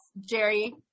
Jerry